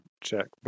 check